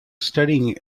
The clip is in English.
studying